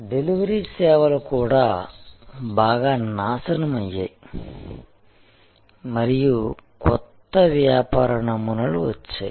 delivery సేవలు కూడా బాగా నాశనం అయ్యాయి మరియు కొత్త వ్యాపార నమూనాలు వచ్చాయి